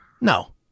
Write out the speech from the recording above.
No